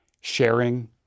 sharing